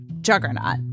juggernaut